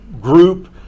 group